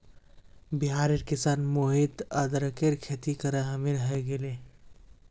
बिहारेर किसान मोहित अदरकेर खेती करे अमीर हय गेले